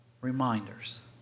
reminders